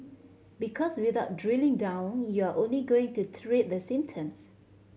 because without drilling down you're only going to treat the symptoms